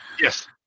Yes